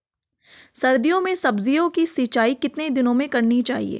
सर्दियों में सब्जियों की सिंचाई कितने दिनों में करनी चाहिए?